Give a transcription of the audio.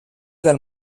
del